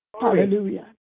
Hallelujah